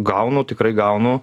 gaunu tikrai gaunu